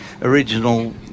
original